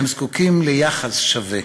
הם זקוקים ליחס שווה.